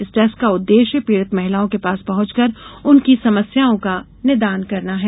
इस डेस्क का उद्देश्य पीड़ित महिलाओँ के पास पहुंचकर उनकी समस्याओं का निदान करना है